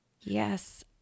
Yes